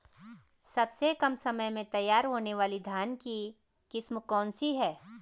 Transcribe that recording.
सबसे कम समय में तैयार होने वाली धान की किस्म कौन सी है?